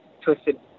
Twisted